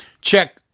check